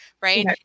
right